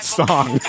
song